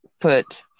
put